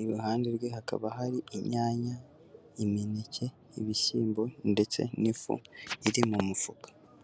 iruhande rwe hakaba hari inyanya, imineke, ibishyimbo ndetse n'ifu iri mu mufuka.